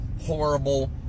horrible